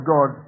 God